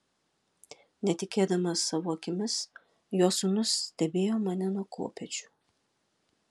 netikėdamas savo akimis jo sūnus stebėjo mane nuo kopėčių